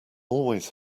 always